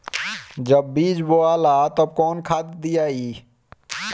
जब बीज बोवाला तब कौन खाद दियाई?